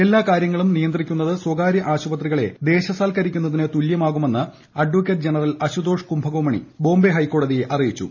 എല്ലാ കാര്യങ്ങളും നിയന്ത്രിക്കുന്നത് സ്വകാര്യ ആശുപത്രികളെ ദേശസാൽക്കരിക്കുന്നതിന് തുല്യമാകുമെന്ന് അഡ്വക്കേറ്റ് ജനറൽ അശുതോഷ് കുംഭകോണി ബോംബെ ഹൈക്കോടതിയെ അറിയിച്ചു